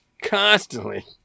constantly